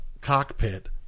cockpit